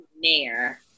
mayor